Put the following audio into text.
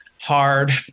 hard